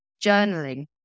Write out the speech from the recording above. journaling